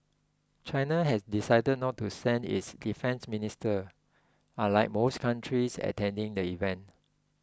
China has decided not to send its defence minister unlike most countries attending the event